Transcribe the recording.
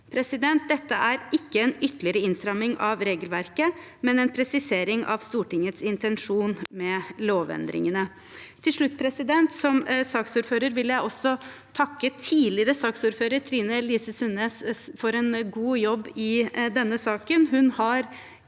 Dette er ikke en ytterligere innstramming av regelverket, men en presisering av Stortingets intensjon med lovendringene. Til slutt: Som saksordfører vil jeg takke tidligere saksordfører Trine Lise Sundnes for en god jobb i denne saken. Hun har